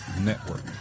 Network